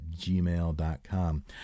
gmail.com